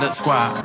squad